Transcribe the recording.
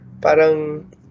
parang